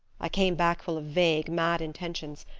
i came back full of vague, mad intentions.